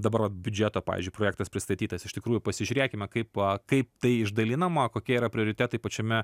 dabar vat biudžeto pavyzdžiui projektas pristatytas iš tikrųjų pasižiūrėkime kaip kaip tai išdalinama kokie yra prioritetai pačiame